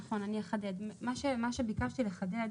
נכון, אני אחדד, מה שביקשתי לחדד